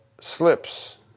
slips